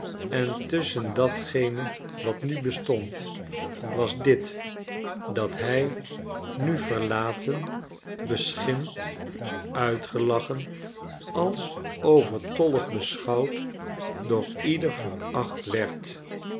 en tusschen datgene wat nu bestond was dit dat hij nu verlaten beschimpt uitgelachen als overtollig beschouwd door ieder veracht was